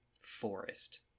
forest